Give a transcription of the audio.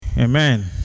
amen